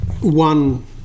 one